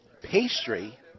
Pastry